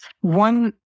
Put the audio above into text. One